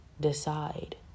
decide